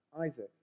Isaac